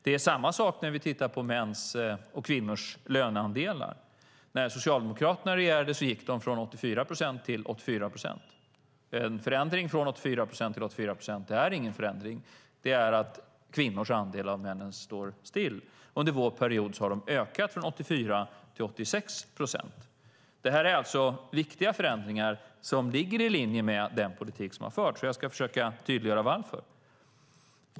Det är samma sak när vi tittar på mäns och kvinnors löneandelar. När Socialdemokraterna regerade gick kvinnors löner som andel av männens från 84 procent till 84 procent. En förändring från 84 procent till 84 procent är ingen förändring. Det är att kvinnors andel av männens står still. Under vår period har den ökat från 84 till 86 procent. Det här är viktiga förändringar som ligger i linje med den politik som har förts. Jag ska försöka tydliggöra varför.